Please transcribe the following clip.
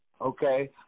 okay